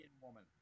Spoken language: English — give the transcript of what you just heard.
woman